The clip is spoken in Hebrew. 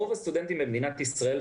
רוב הסטודנטים במדינת ישראל,